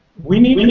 we need and